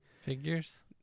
figures